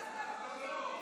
אדוני.